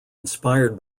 inspired